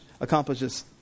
accomplishes